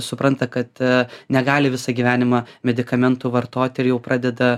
supranta kad negali visą gyvenimą medikamentų vartoti ir jau pradeda